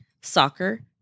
soccer